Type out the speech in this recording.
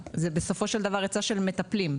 זה בסופו של דבר היצע של מטפלים,